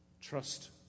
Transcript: trust